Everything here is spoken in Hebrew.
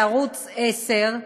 בערוץ 10,